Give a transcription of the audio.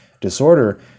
disorder